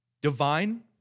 Divine